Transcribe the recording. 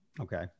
okay